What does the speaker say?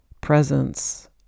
presence